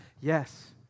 Yes